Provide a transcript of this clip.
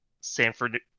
Sanford